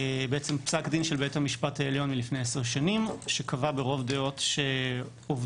פסק דין של בית המשפט העליון מלפני 10 שנים שקבע ברוב דעות שחוק שעות